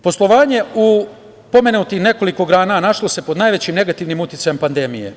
Poslovanje u pomenutim nekoliko grana našlo se pod najvećim negativnim uticajem pandemije.